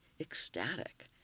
ecstatic